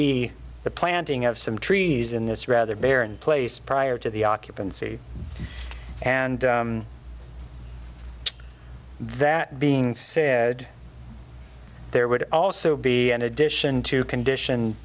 be the planting of some trees in this rather barren place prior to the occupancy and that being said there would also be an addition to condition